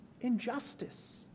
Injustice